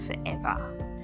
forever